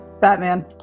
Batman